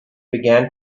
began